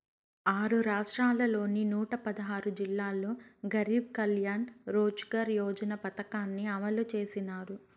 ఆరు రాష్ట్రాల్లోని నూట పదహారు జిల్లాల్లో గరీబ్ కళ్యాణ్ రోజ్గార్ యోజన పథకాన్ని అమలు చేసినారు